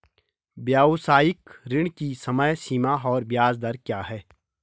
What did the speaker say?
व्यावसायिक ऋण की समय सीमा और ब्याज दर क्या है?